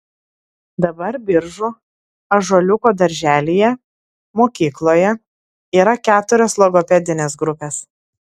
dabar biržų ąžuoliuko darželyje mokykloje yra keturios logopedinės grupės